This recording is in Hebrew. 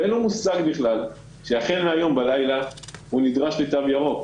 אין לו מושג שהחל מהלילה הוא נדרש לתו ירוק.